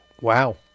Wow